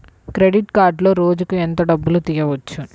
Credit కార్డులో రోజుకు ఎంత డబ్బులు తీయవచ్చు?